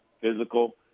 physical